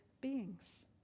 beings